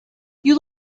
you